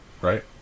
Right